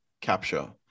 capture